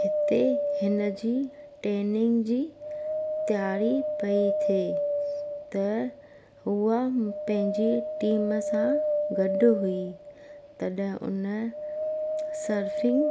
हिते हिन जी टेनिंग जी तियारी पई थिए त उहा पंहिंजे टीम सां गॾु हुई तॾहिं हुन सर्फिंग